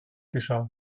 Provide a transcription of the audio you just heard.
geschah